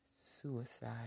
suicide